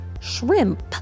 shrimp